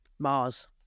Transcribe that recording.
mars